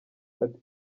ati